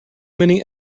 many